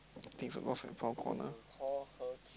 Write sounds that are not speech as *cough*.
think is a lost and found corner *noise*